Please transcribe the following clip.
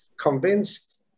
convinced